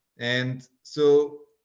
and so,